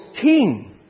king